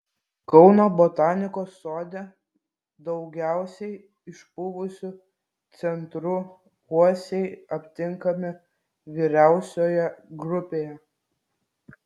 kauno botanikos sode daugiausiai išpuvusiu centru uosiai aptinkami vyriausioje grupėje